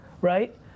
Right